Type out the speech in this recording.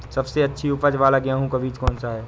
सबसे अच्छी उपज वाला गेहूँ का बीज कौन सा है?